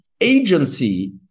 agency